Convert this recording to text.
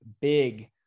big